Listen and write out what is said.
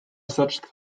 such